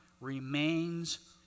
remains